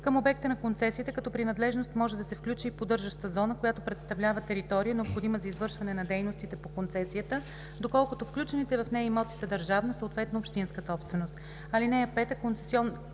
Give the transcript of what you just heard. Към обекта на концесията като принадлежност може да се включи и поддържаща зона, която представлява територия, необходима за извършване на дейностите по концесията, доколкото включените в нея имоти са държавна, съответно общинска собственост. (5) Концесионната